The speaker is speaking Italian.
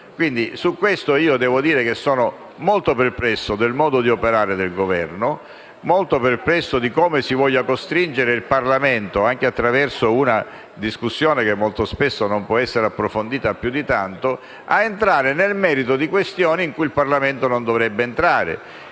Su questo, devo dire di essere molto perplesso per il modo di operare del Governo; molto perplesso di come si voglia costringere il Parlamento, anche attraverso una discussione che molto spesso non può essere approfondita più di tanto, a entrare nel merito di questioni in cui il Parlamento non dovrebbe entrare.